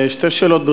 שתי שאלות,